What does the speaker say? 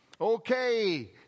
Okay